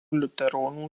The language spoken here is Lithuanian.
liuteronų